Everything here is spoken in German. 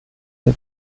der